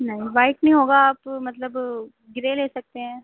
نہیں وائٹ نہیں ہوگا آپ مطلب گرے لے سکتے ہیں